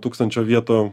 tūkstančio vietų